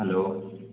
hello